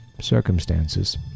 circumstances